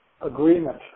agreement